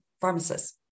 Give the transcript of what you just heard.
pharmacists